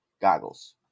goggles